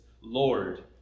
Lord